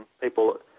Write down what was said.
people